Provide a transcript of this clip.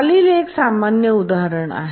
खालील एक सामान्य उदाहरण आहे